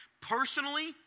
Personally